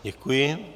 Děkuji.